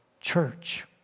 church